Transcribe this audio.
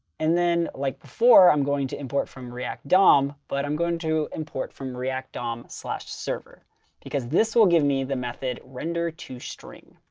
and then, like before, i'm going to import from react dom, but i'm going to import from react dom server because this will give me the method render to string.